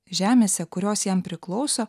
žemėse kurios jam priklauso